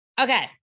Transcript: okay